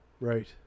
Right